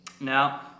Now